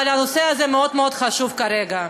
אבל הנושא הזה מאוד מאוד חשוב כרגע,